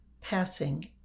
passing